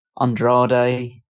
Andrade